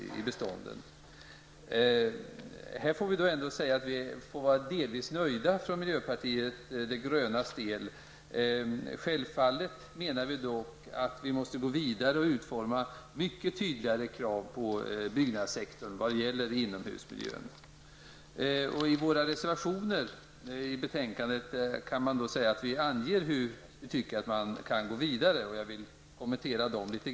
Vi i miljöpartiet de gröna är ändå delvis nöjda, men självfallet menar vi att det är viktigt att gå vidare och utforma mycket tydligare krav på byggnadssektorn i vad gäller inomhusmiljön. I våra reservationer i betänkandet anger vi hur man kan gå vidare, vilket jag tänker kommentera något.